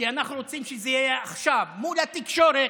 כי אנחנו רוצים שזה יהיה עכשיו מול התקשורת,